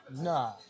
nah